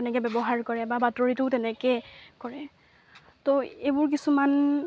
তেনেকৈ ব্যৱহাৰ কৰে বা বাতৰিটোও তেনেকেই কৰে তো এইবোৰ কিছুমান